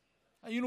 היינו